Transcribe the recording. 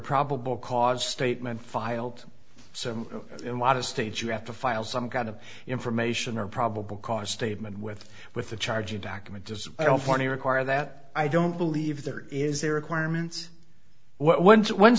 probable cause statement filed so in lot of states you have to file some kind of information or probable cause statement with with the charging document as i don't want to require that i don't believe there is there requirements once once